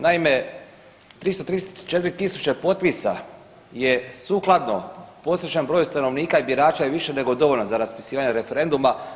Naime, 334000 potpisa je sukladno prosječan broj stanovnika i birača je više nego dovoljno za raspisivanje referenduma.